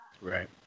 right